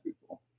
people